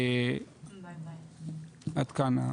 עד כאן.